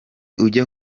ujya